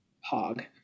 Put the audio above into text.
hog